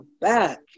back